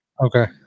Okay